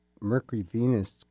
Mercury-Venus